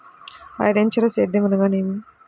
ఐదంచెల సేద్యం అనగా నేమి?